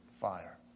fire